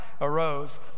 arose